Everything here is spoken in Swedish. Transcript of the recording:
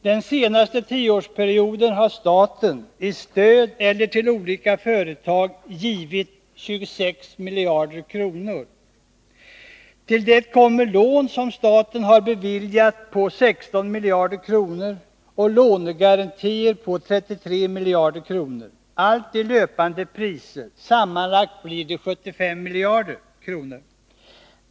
Den senaste tioårsperioden har staten i stöd eller till olika företag givit 26 miljarder kronor. Till det kommer lån på 16 miljarder kronor som staten har beviljat och lånegarantier på 33 miljarder kronor — allt i löpande priser. Sammantaget blir det 75 miljarder kronor.